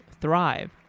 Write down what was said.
thrive